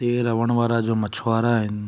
हीअ रहण वारा जो मछुआरा आहिनि